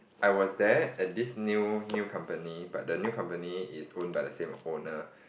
I was there at this new new company but the new company is own by the same owner